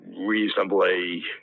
reasonably